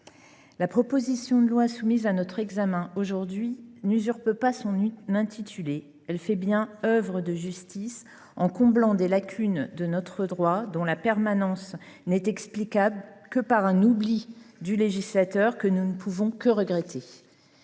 la proposition de loi soumise à notre examen n’usurpe pas son intitulé : elle fait bien œuvre de justice en comblant des lacunes de notre droit dont la permanence n’est explicable que par un oubli du législateur que nous ne pouvons que regretter.